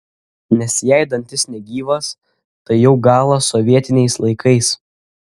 nes jei dantis negyvas tai jau galas sovietiniais laikais